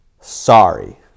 sorry